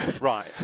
Right